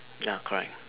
ya correct